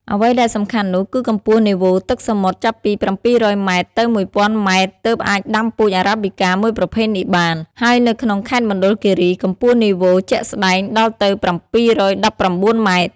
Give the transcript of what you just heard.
អ្វីដែលសំខាន់នោះ គឺកម្ពស់នីវ៉ូទឹកសមុទ្រចាប់ពី៧០០ម៉ែត្រ ទៅ១០០០ម៉ែត្រទើបអាចដាំពូជ Arabicaមួយប្រភេទនេះបាន ហើយនៅក្នុងខេត្តមណ្ឌលគិរី កម្ពស់នីវ៉ូជាក់ស្តែងដល់ទៅ៧១៩ម៉ែត្រ។